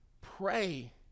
Pray